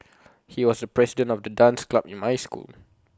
he was the president of the dance club in my school